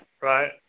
Right